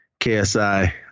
KSI